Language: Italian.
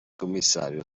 commissario